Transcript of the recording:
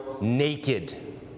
naked